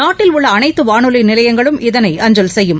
நாட்டில் உள்ள அனைத்து வானொலி நிலையங்களும் இதனை அஞ்சல் செய்யும்